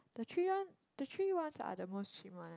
the three one the three ones are the most cheap one